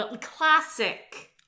classic